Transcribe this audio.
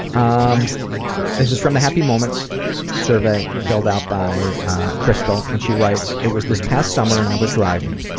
um this is from the happy moments survey, filled out by crystal, and she writes it was this past summer and i was driving.